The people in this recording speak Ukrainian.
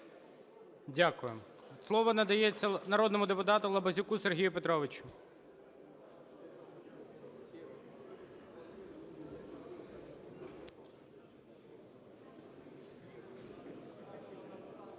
Дякую. Слово надається народному депутату Лабазюку Сергію Петровичу.